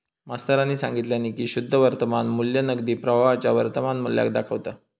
मास्तरानी सांगितल्यानी की शुद्ध वर्तमान मू्ल्य नगदी प्रवाहाच्या वर्तमान मुल्याक दाखवता